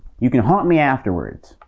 you can haunt me afterwards.